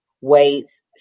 weights